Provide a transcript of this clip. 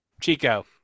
Chico